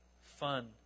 fun